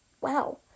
wow